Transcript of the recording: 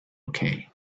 okay